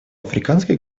африканских